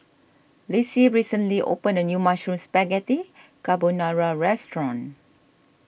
Lissie recently opened a new Mushroom Spaghetti Carbonara restaurant